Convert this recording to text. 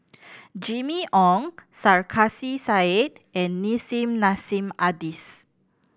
Jimmy Ong Sarkasi Said and Nissim Nassim Adis